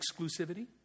exclusivity